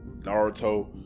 Naruto